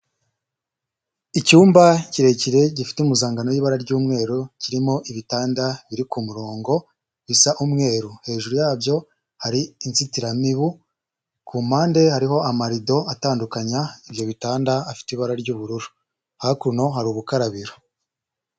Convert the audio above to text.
Icyumba kirekire gifite umuzangano w'ibara ry'umweru kirimo ibitanda biri ku murongo bisa umweru hejuru yabyo hari inzitiramibu, ku mpande hariho amarido atandukanya ibyo bitanda afite ibara ry'ubururu hakuno hari ubukarabiro.